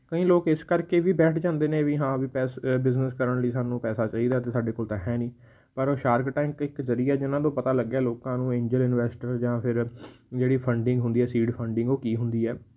ਕਈ ਲੋਕ ਇਸ ਕਰਕੇ ਵੀ ਬੈਠ ਜਾਂਦੇ ਨੇ ਵੀ ਹਾਂ ਵੀ ਪੈਸ ਬਿਜ਼ਨਸ ਕਰਨ ਲਈ ਸਾਨੂੰ ਪੈਸਾ ਚਾਹੀਦਾ ਅਤੇ ਸਾਡੇ ਕੋਲ ਤਾਂ ਹੈ ਨਹੀਂ ਪਰ ਉਹ ਸ਼ਾਰਕ ਟੈਂਕ ਇੱਕ ਜ਼ਰੀਆ ਜਿਨ੍ਹਾਂ ਨੂੰ ਪਤਾ ਲੱਗਿਆ ਲੋਕਾਂ ਨੂੰ ਇੰਜਲ ਇਨਵੈਸਟਰ ਜਾਂ ਫੇਰ ਜਿਹੜੀ ਫੰਡਿੰਗ ਹੁੰਦੀ ਆ ਸੀਡ ਫੰਡਿੰਗ ਉਹ ਕੀ ਹੁੰਦੀ ਹੈ